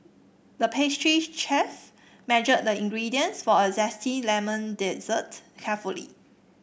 the pastry chef measured the ingredients for a zesty lemon dessert carefully